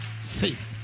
faith